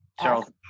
Charles